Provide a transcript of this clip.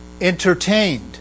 entertained